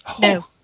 no